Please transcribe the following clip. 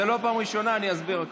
אסביר הכול.